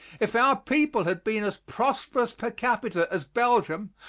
if our people had been as prosperous per capita as belgium,